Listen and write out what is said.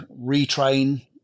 retrain